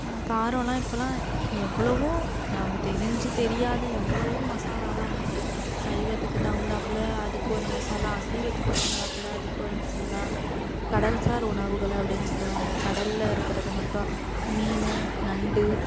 காரம்லாம் இப்போலாம் எவ்வளவோ தெரிஞ்சு தெரியாத எவ்வளவோ மசாலாலாம் வந்துட்டு சைவத்துக்கு தகுந்தாப்புல அதுக்கு ஒரு மசாலா அசைவத்துக்கு தகுந்தாப்புல அதுக்கு ஒரு மசாலா கடல் சார் உணவுகள் அப்படின்னு சொல்லுவாங்க கடல்ல இருக்கிறது மட்டும் மீன் நண்டு